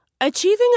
Achieving